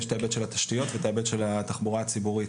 את היבט התשתיות ואת היבט התחבורה הציבורית.